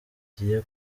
agiye